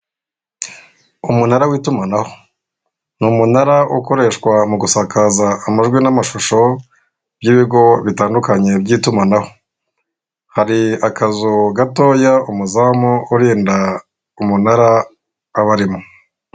Umunara w'itumanaho n'umunara ukoreshwa mu gusakaza amajwi n'amashusho by'ibigo bitandukanye by'itumanaho hari akazu gatoya umuzamu urinda umunara abarimo.